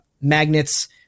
magnets